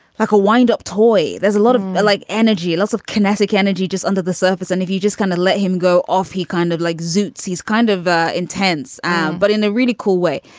like a wind up toy there is a lot of like energy lots of kinetic energy just under the surface and if you just gonna kind of let him go off he kind of like zoot suit. he's kind of intense um but in a really cool way.